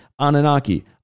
Anunnaki